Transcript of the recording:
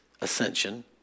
ascension